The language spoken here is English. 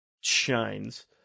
shines